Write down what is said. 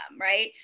right